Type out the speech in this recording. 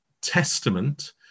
testament